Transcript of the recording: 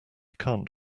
can’t